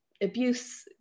abuse